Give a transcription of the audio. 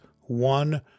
one